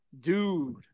dude